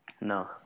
No